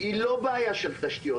היא לא בעיה של תשתיות,